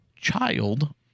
Child